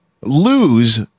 lose